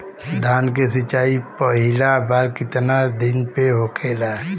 धान के सिचाई पहिला बार कितना दिन पे होखेला?